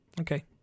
okay